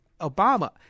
Obama –